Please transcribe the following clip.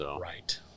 Right